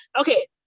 okay